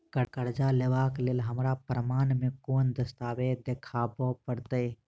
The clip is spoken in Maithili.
करजा लेबाक लेल हमरा प्रमाण मेँ कोन दस्तावेज देखाबऽ पड़तै?